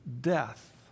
death